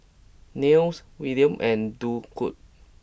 Nils Willaim and Durwood